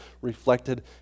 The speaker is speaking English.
reflected